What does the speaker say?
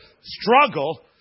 struggle